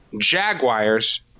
Jaguars